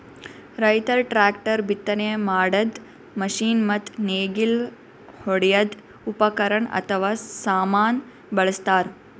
ರೈತರ್ ಟ್ರ್ಯಾಕ್ಟರ್, ಬಿತ್ತನೆ ಮಾಡದ್ದ್ ಮಷಿನ್ ಮತ್ತ್ ನೇಗಿಲ್ ಹೊಡ್ಯದ್ ಉಪಕರಣ್ ಅಥವಾ ಸಾಮಾನ್ ಬಳಸ್ತಾರ್